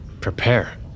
Prepare